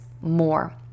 more